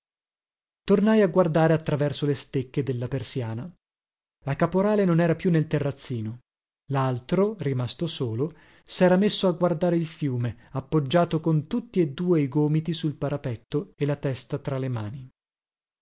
tornai a guardare attraverso le stecche della persiana la caporale non era più nel terrazzino laltro rimasto solo sera messo a guardare il fiume appoggiato con tutti e due i gomiti sul parapetto e la testa tra le mani